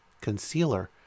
concealer